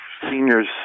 seniors